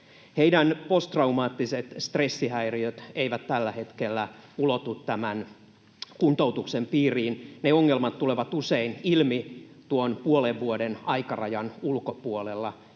Heidän posttraumaattiset stressihäiriönsä eivät tällä hetkellä ulotu tämän kuntoutuksen piiriin. Ne ongelmat tulevat usein ilmi tuon puolen vuoden aikarajan ulkopuolella,